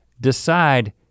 decide